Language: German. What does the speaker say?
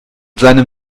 seinem